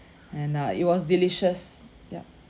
and uh it was delicious ya